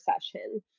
session